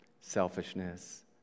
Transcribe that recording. selfishness